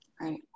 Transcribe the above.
Right